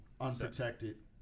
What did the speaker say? unprotected